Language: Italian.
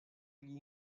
gli